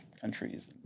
countries